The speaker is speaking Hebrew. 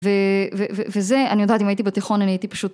וזה, אני יודעת אם הייתי בתיכון אני הייתי פשוט.